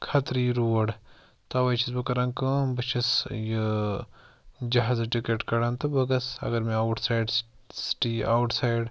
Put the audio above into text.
خطری road تَوے چھُس بہٕ کَران کٲم بہٕ چھُس یہِ جہازٕ ٹِکٹ کَڑان تہٕ بہٕ گژھہٕ اَگر مےٚ outside city out side